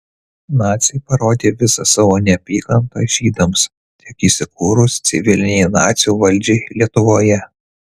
naciai parodė visą savo neapykantą žydams tik įsikūrus civilinei nacių valdžiai lietuvoje